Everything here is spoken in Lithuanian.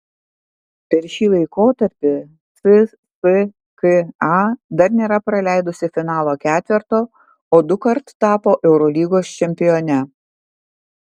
per šį laikotarpį cska dar nėra praleidusi finalo ketverto o dukart tapo eurolygos čempione